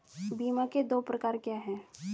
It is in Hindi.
बीमा के दो प्रकार क्या हैं?